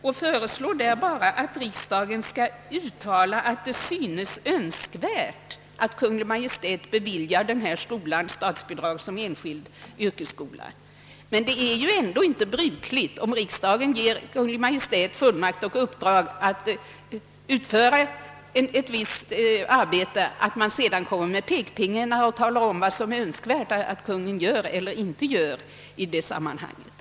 De föreslår därför bara att riksdagen skall uttala att det synes önskvärt att Kungl. Maj:t beviljar denna skola statsbidrag som enskild yrkesskola. Emellertid är det inte brukligt att riksdagen, när den givit Kungl. Maj:t i uppdrag att utföra ett visst arbete, sedan kommer med en pekpinne och talar om vad som är önskvärt att Kungl. Maj:t skall göra eller inte göra i det sammanhanget.